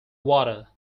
water